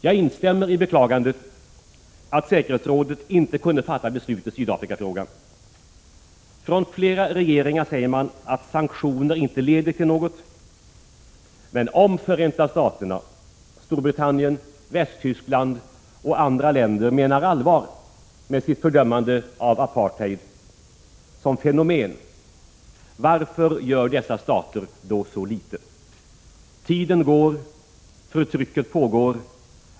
Jag instämmer i beklagandet att säkerhetsrådet inte kunde fatta beslut i Sydafrikafrågan. Från flera regeringar säger man att sanktioner inte leder till något. Men om Förenta Staterna, Storbritannien, Västtyskland och andra länder menar allvar med sina fördömanden av apartheid som fenomen, varför gör dessa stater då så litet? Tiden går. Förtrycket pågår.